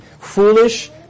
foolish